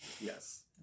yes